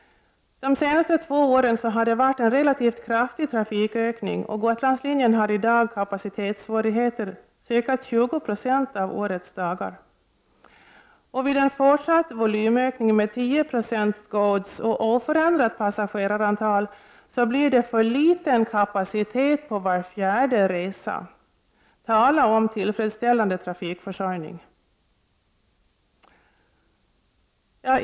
De senaste två åren har det varit en relativt kraftig trafikökning, och Gotlandslinjen har i dag kapacitetssvårigheter under ca 20 96 av årets dagar. Vid en fortsatt volymökning med 10 96 gods och oförändrat passagerarantal är kapaciteten för liten på var fjärde resa. Tala om tillfredsställande trafikförsörjning!